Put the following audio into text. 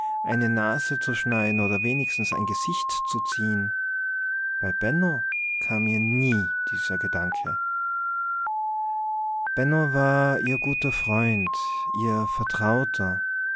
eine nase zu schneiden oder wenigstens ein gesicht zu ziehen bei benno kam ihr nie dieser gedanke benno war ihr guter freund ihr vertrauter